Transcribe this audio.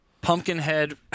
Pumpkinhead